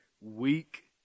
weak